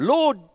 Lord